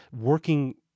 working